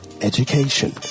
Education